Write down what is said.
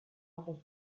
other